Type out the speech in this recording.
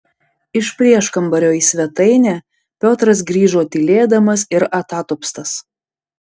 iš prieškambario į svetainę piotras grįžo tylėdamas ir atatupstas